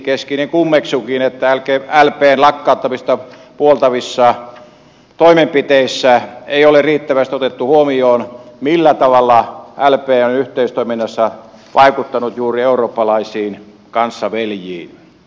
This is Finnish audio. keskinen kummeksuukin että lpn lakkauttamista puoltavissa toimenpiteissä ei ole riittävästi otettu huomioon millä tavalla lp on yhteistoiminnassa vaikuttanut juuri eurooppalaisiin kanssaveljiin